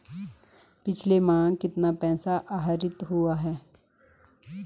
पिछले माह कितना पैसा आहरित हुआ है?